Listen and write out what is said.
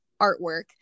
artwork